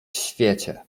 świecie